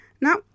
Now